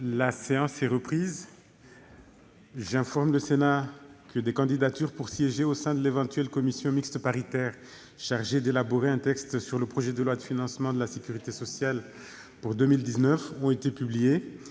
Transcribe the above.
La séance est reprise. J'informe le Sénat que des candidatures pour siéger au sein de l'éventuelle commission mixte paritaire chargée d'élaborer un texte sur le projet de loi de financement de la sécurité sociale pour 2019 ont été publiées.